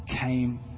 came